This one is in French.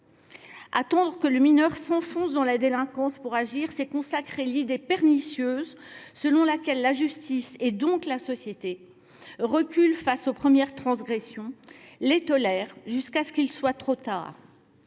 Attendre que le mineur s’enfonce dans la délinquance pour agir, c’est consacrer l’idée pernicieuse selon laquelle la justice, donc la société, recule face aux premières transgressions, les tolère, jusqu’à ce qu’il soit trop tard.